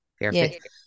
Perfect